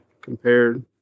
compared